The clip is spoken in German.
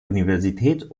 universität